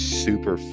super